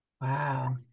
Wow